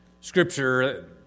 scripture